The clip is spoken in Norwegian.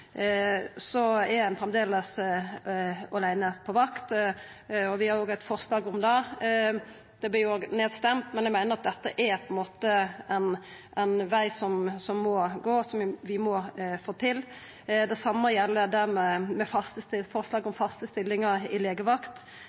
er ein framleis åleine på vakt. Vi har eit forslag om det, det blir òg stemt ned, men eg meiner dette er ein veg ein må gå, og som vi må få til. Det same gjeld forslaget om faste stillingar i legevakt,